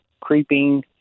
Creeping